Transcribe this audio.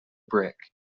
brick